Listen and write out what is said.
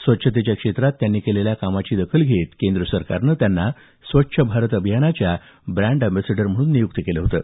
स्वच्छतेच्या क्षेत्रात त्यांनी केलेल्या कामाची दखल घेत केंद्र सरकारनं त्यांना स्वच्छ भारत अभियानाच्या ब्रॅण्ड एम्बसेडर म्हणून नियुक्त केलं होतं